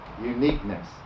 Uniqueness